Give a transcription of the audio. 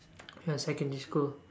secondary school